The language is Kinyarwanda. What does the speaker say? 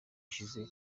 ishize